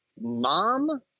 mom